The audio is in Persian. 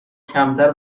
کمتر